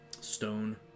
stone